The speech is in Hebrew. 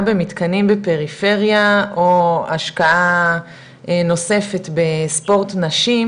של מתקנים בפריפריה או השקעה נוספת בספורט נשים,